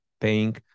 paying